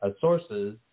sources